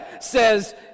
says